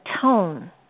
tone